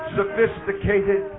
sophisticated